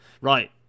Right